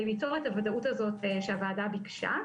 ליצור את הוודאות הזאת שהוועדה ביקשה,